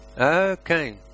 Okay